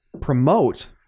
promote